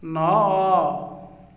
ନଅ